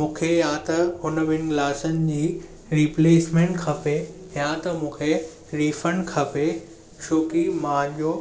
मूंखे या त हुन ॿिनि गिलासनि जी रिप्लेसमेंट खपे या त मूंखे रिफंड खपे छोकी मां जो